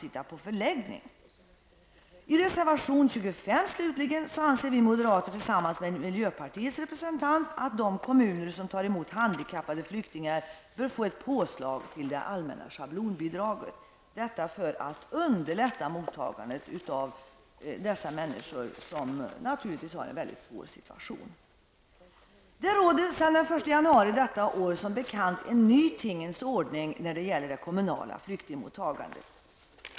I reservation 25 slutligen anser vi moderater tillsammans med miljöpartiets representant att de kommuner som tar emot handikappade flyktingar bör få ett påslag till det allmänna schablonbidraget för att underlätta mottagandet av dessa människor, som naturligtvis har en väldigt svår situation. Det råder sedan den 1 januari detta år som bekant en ny tingens ordning när det gäller det kommunala flyktingmottagandet.